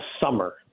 summer